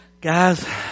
guys